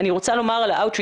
אני רוצה לומר על ה-out reach,